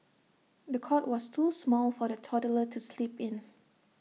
the cot was too small for the toddler to sleep in